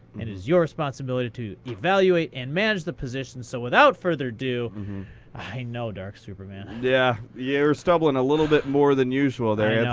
it is your responsibility to evaluate and manage the position. so without further ado i know, darksuperman. yeah. you're stumbling a little bit more than usual there,